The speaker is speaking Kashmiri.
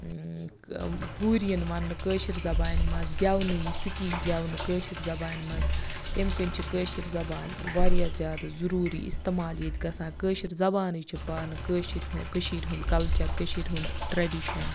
ہورۍ یِن وَننہٕ کٲشِر زَبانہِ مَنٛز گیٚونہٕ یی سُہ تہِ گیٚونہٕ کٲشِر زَبانہِ مَنٛز تٔمہِ کِنۍ چھِ کٲشِر زَبان واریاہ زیادٕ ضُروٗری اِستعمال ییٚتہِ گژھان کٲشِر زَبانٕے چھِ پانہٕ کٲشِر ہُنٛد کٔشیٖر ہُنٛد کَلچَر کٔشیٖر ہُنٛد ٹرٛیٚڈِشَن